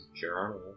journal